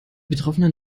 betroffenen